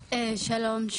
שלום,